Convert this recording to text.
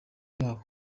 yabo